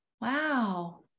Wow